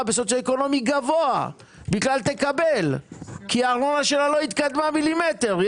בסוציואקונומי גבוה תקבל כי הארנונה שלה לא התקדמה מילימטר,